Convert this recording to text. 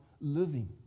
living